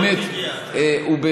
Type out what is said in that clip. פה, מקשיבים לך קשב רב.